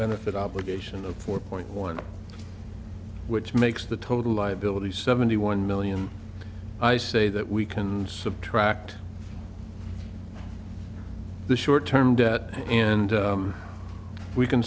benefit obligation of four point one which makes the total liability seventy one million i say that we can subtract the short term debt and we can